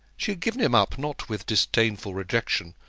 she had given him up, not with disdainful rejection,